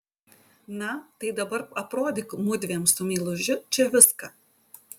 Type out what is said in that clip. na tai dabar aprodyk mudviem su meilužiu čia viską